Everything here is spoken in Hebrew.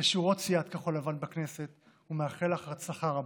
לשורות סיעת כחול לבן בכנסת ומאחל לך הצלחה רבה.